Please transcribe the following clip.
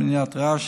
מניעת רעש),